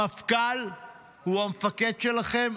המפכ"ל הוא המפקד שלכם,